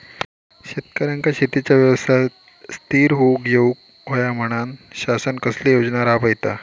शेतकऱ्यांका शेतीच्या व्यवसायात स्थिर होवुक येऊक होया म्हणान शासन कसले योजना राबयता?